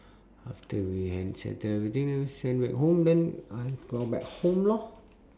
after we hand settle everything then we send back home then I go back home lor